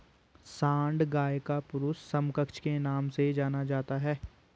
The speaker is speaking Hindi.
सांड गाय का पुरुष समकक्ष के नाम से जाना जाता है